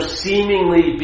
seemingly